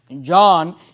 John